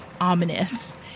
ominous